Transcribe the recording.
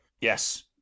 yes